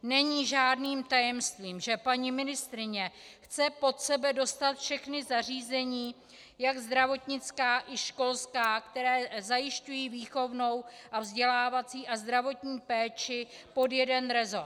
Není žádným tajemstvím, že paní ministryně chce pod sebe dostat všechna zařízení, jak zdravotnická, tak školská, která zajišťují výchovnou, vzdělávací a zdravotní péči, pod jeden resort.